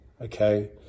Okay